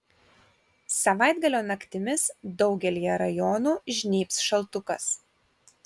savaitgalio naktimis daugelyje rajonų žnybs šaltukas